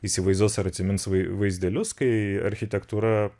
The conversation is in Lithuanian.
įsivaizduos ar atsimins vai vaizdelius kai architektūra